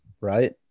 right